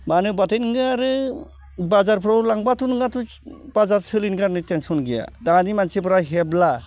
मानो होनबाथाय नोङो आरो बाजारफ्राव लांबाथ' नोंहाथ' बाजार सोलिनो कारने तेनसन गैया दानि मानसिफोरा हेबला